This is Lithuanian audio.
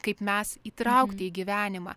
kaip mes įtraukti į gyvenimą